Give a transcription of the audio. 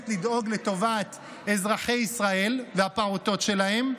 לדאוג לטובת אזרחי ישראל והפעוטות שלהם,